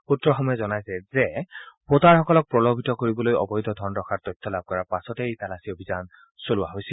সুত্ৰসমূহে জনাইছে যে ভোটাৰসকলক প্ৰলোভিত কৰিবলৈ অবৈধ ধন ৰখাৰ তথ্য লাভ কৰাৰ পাছতে এই তালাচী অভিযান চলোৱা হৈছিল